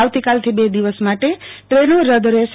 આવતીકાલથી બે દિવસ માટ ટ્રનો રદ રહેશે